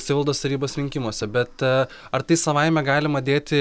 savivaldos tarybos rinkimuose bet a ar tai savaime galima dėti